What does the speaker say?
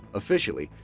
officially,